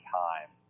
time